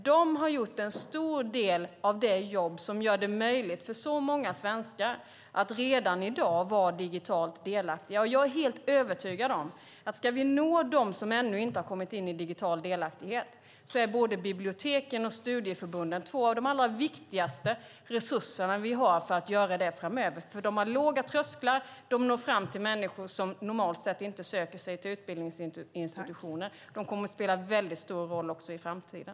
De har gjort en stor del av det jobb som gör det möjligt för väldigt många svenskar att redan i dag vara digitalt delaktiga. Jag är helt övertygad om att för att vi ska nå dem som ännu inte kommit in i digital delaktighet är biblioteken och studieförbunden två av våra allra viktigaste resurser för att framöver åstadkomma det. De har låga trösklar och de når fram till människor som normalt inte söker sig till utbildningsinstitutioner. De kommer att spela en väldigt stor roll också i framtiden.